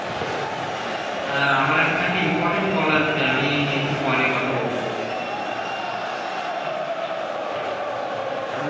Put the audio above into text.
আর আমার এখন একটা ইম্পর্ট্যান্ট কল আসছে আমি এই একটু পরে কথা বলছি